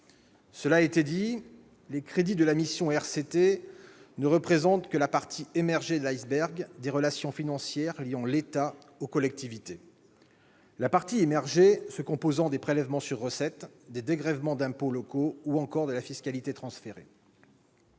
collectivités territoriales » ne représentent que la partie émergée de l'iceberg des relations financières liant l'État aux collectivités, la partie immergée se composant des prélèvements sur recettes, des dégrèvements d'impôts locaux, ou encore de la fiscalité transférée.